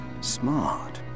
smart